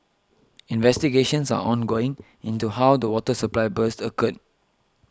investigations are ongoing into how the water supply burst occurred